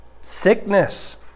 sickness